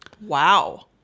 Wow